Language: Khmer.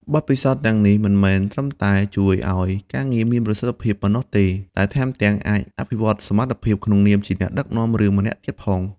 បទពិសោធន៍ទាំងនេះមិនមែនត្រឹមតែជួយឲ្យការងារមានប្រសិទ្ធភាពប៉ុណ្ណោះទេ តែថែមទាំងអាចអភិវឌ្ឍសមត្ថភាពក្នុងនាមជាអ្នកដឹកនាំរឿងម្នាក់ទៀតផង។